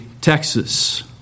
Texas